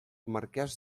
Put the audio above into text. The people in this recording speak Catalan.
marqués